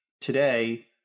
Today